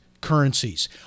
currencies